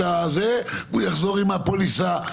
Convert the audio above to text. והוא יחזור עם הפוליסה.